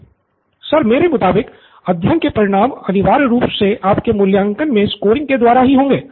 Nithin sir मेरे मुताबिक अध्ययन के परिणाम अनिवार्य रूप से आपके मूल्यांकन में स्कोरिंग के द्वारा ही होंगे